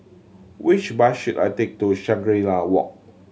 which bus should I take to Shangri La Walk